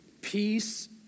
peace